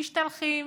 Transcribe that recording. משתלחים.